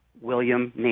William